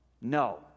no